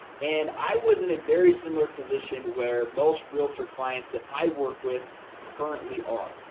and i was in a very similar position, where most realtor clients that i work with currently are.